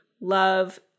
love